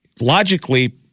logically